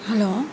hello